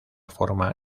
forma